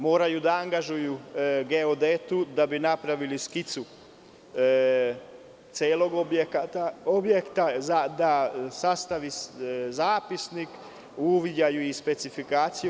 Moraju da angažuju geodetu da bi napravo skicu celog objekta, da bi sastavio zapisnik, uviđaj i specifikaciju.